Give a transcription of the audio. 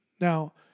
Now